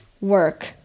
work